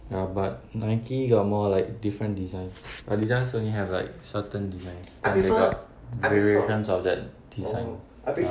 ya but Nike got more like different design Adidas only have like certain design and they got variations of that design ah